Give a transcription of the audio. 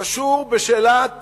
קשור בשאלת